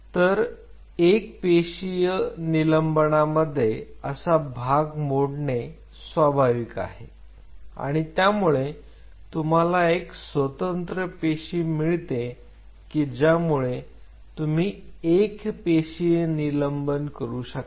तर एक पेशीय निलंबनामध्ये असा भाग मोडणे स्वाभाविक आहे आणि त्यामुळे तुम्हाला एक स्वतंत्र पेशी मिळते की ज्यामुळे तुम्ही एक पेशीय निलंबन करू शकता